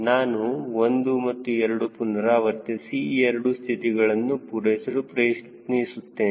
ನಾನು 1 ಮತ್ತು 2 ಪುನರಾವರ್ತಿಸಿ ಈ ಎರಡು ಸ್ಥಿತಿಗಳನ್ನು ಪೂರೈಸಲು ಪ್ರಯತ್ನಿಸುತ್ತೇನೆ